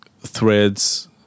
threads